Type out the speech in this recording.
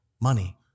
money